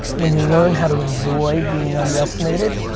when you learn how to enjoy being underestimated,